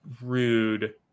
rude